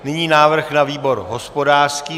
Nyní návrh na výbor hospodářský.